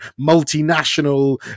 multinational